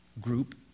group